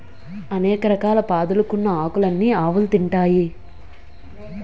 అనేక రకాల పాదులుకున్న ఆకులన్నీ ఆవులు తింటాయి